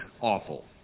awful